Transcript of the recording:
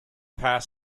pass